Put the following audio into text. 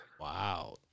Wow